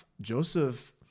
Joseph